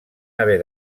haver